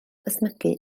ysmygu